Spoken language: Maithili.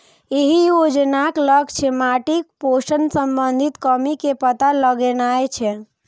एहि योजनाक लक्ष्य माटिक पोषण संबंधी कमी के पता लगेनाय छै